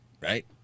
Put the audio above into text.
right